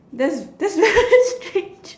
that's that's very strange